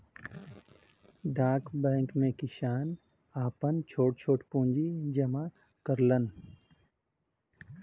डाक बैंक में किसान आपन छोट छोट पूंजी जमा करलन